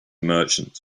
merchant